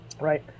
right